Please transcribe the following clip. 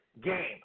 game